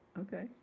Okay